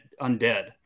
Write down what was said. Undead